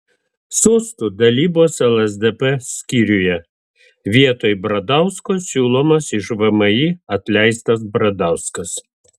sostų dalybos lsdp skyriuje vietoj bradausko siūlomas iš vmi atleistas bradauskas